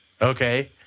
Okay